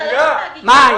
אתה לא יכול להגיד שלא.